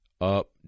up